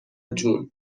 جون